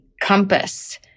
compass